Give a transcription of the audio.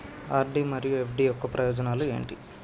RD మరియు FD యొక్క ప్రయోజనాలు ఏంటి?